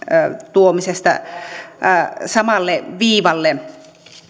tuomisesta samalle viivalle